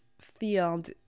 field